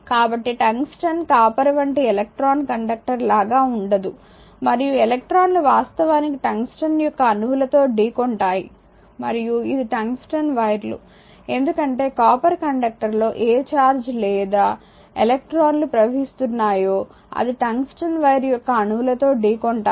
కాబట్టి tungsten copper వంటి electrical conductor లాగా ఉండదు మరియు ఎలక్ట్రాన్లు వాస్తవానికి టంగ్స్టన్ యొక్క అణువులతో ఢీ కొంటాయి మరియు ఇది టంగ్స్టన్ వైర్లు ఎందుకంటే కాపర్ కండక్టర్ లో ఏ ఛార్జ్ లేదా ఎలక్ట్రాన్ లు ప్రవహిస్తున్నాయో అది టంగ్స్టన్ వైర్ యొక్క అణువులతో ఢీ కొంటాయి